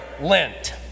lint